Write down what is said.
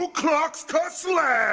ah klux ka-slam!